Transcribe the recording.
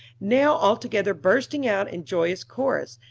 now altogether bursting out in joyous chorus,